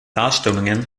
darstellungen